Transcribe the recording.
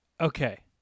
Okay